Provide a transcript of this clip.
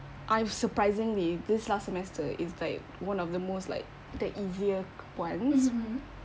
I've surprisingly this last semester is like the one of the most like the easier ones